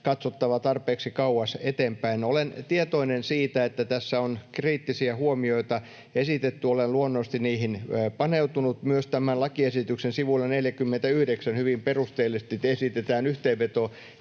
katsottava tarpeeksi kauas eteenpäin. Olen tietoinen siitä, että tässä on kriittisiä huomioita esitetty, ja olen luonnollisesti niihin paneutunut. Myös tämän lakiesityksen sivulla 49 hyvin perusteellisesti esitetään yhteenveto